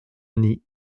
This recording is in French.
denis